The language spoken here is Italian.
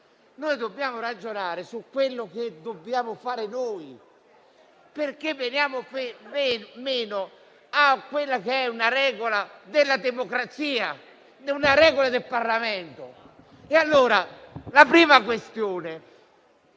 Dobbiamo ragionare su quello che dobbiamo fare noi, perché veniamo meno a quella che è una regola della democrazia, del Parlamento. La prima questione,